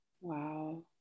Wow